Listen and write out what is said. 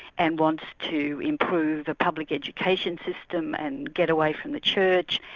and wants to improve the public education system and get away from the church,